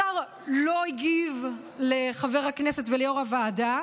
השר לא הגיב לחבר הכנסת וליו"ר הוועדה.